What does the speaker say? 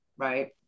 right